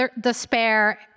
despair